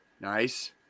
Nice